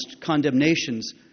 condemnations